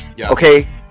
okay